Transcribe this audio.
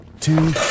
two